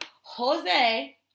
Jose